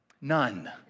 None